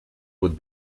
would